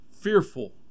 fearful